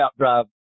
outdrive